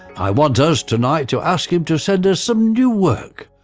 i want us tonight to ask him to send us some new work.